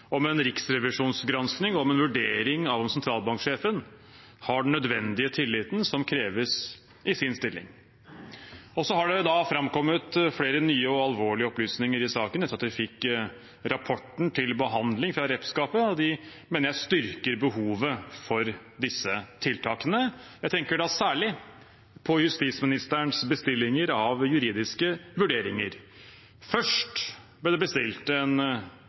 om en riksrevisjonsgranskning og en vurdering av om sentralbanksjefen har den nødvendige tilliten som kreves i hans stilling. Så har det framkommet flere nye og alvorlige opplysninger i saken etter at vi fikk rapporten til behandling fra representantskapet, og de mener jeg styrker behovet for disse tiltakene. Jeg tenker da særlig på justisministerens bestillinger av juridiske vurderinger. Først ble det bestilt en